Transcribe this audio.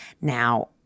Now